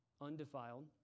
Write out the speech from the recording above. undefiled